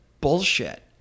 bullshit